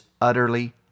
utterly